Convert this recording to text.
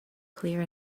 clear